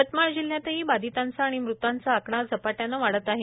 यवतमाळ जिल्ह्यातही बाधितांचा आणि मृतांचा आकडा झपाट्यानं वाढत आहे